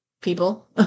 people